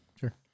Sure